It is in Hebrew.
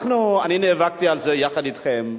אני נאבקתי על זה יחד אתכם,